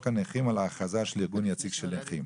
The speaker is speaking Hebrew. הנכים על ההכרזה של ארגון יציג של נכים,